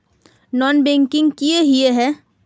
Non banking किए हिये है?